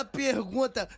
pergunta